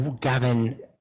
Gavin